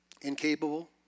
Incapable